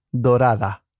dorada